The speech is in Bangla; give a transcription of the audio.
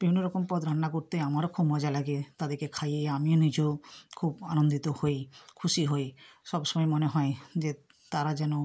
বিভিন্ন রকম পদ রান্না করতে আমারও খুব মজা লাগে তাদেরকে খাইয়ে আমি নিজেও খুব আনন্দিত হই খুশি হই সব সময় মনে হয় যে তারা যেন